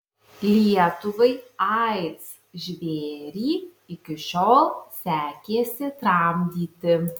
lietuvai aids žvėrį iki šiol sekėsi tramdyti